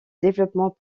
développement